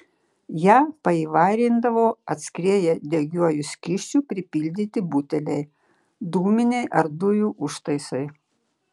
ją paįvairindavo atskrieję degiuoju skysčiu pripildyti buteliai dūminiai ar dujų užtaisai